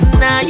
Now